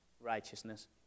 righteousness